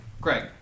Greg